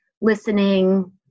listening